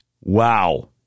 Wow